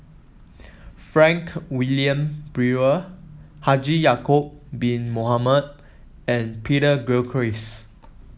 Frank Wilmin Brewer Haji Ya'acob Bin Mohamed and Peter Gilchrist